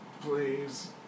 Please